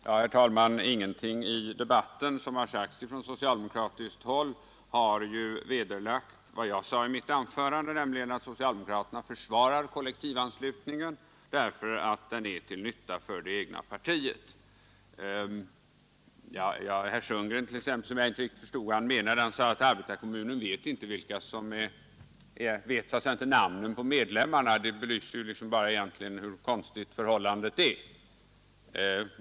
Herr talman! Ingenting som har yttrats i debatten från socialdemokratiskt håll har vederlagt vad jag sade i mitt anförande, nämligen att socialdemokraterna försvarar kollektivanslutningen därför att den är till nytta för det egna partiet. Jag förstod inte riktigt vad herr Sundgren menade. Han sade att arbetarekommunen inte vet vilka som är anslutna — man känner alltså inte till namnen på medlemmarna. Detta belyser ju bara ytterligare hur konstigt förhållandet är.